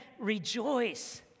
rejoice